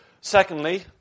Secondly